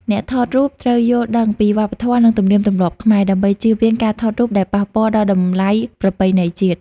អ្នកថតរូបត្រូវយល់ដឹងពីវប្បធម៌ និងទំនៀមទម្លាប់ខ្មែរ ដើម្បីចៀសវាងការថតរូបដែលប៉ះពាល់ដល់តម្លៃប្រពៃណីជាតិ។